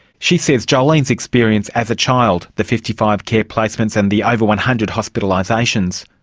she says jolene's experience as a child, the fifty five care placements and the over one hundred hospitalisations,